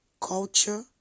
culture